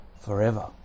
forever